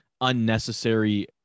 unnecessary